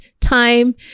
time